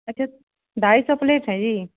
अच्छा ढाई सौ प्लेट है ये